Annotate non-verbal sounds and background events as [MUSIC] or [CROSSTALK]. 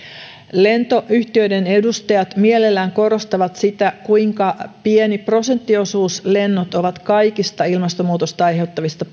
lentoyhtiöiden edustajat mielellään korostavat sitä kuinka pieni prosenttiosuus lennot ovat kaikista ilmastomuutosta aiheuttavista [UNINTELLIGIBLE]